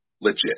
legit